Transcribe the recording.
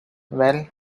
well